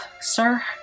sir